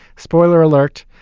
spoiler alert.